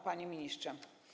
Panie Ministrze!